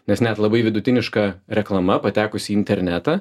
nes net labai vidutiniška reklama patekusi į internetą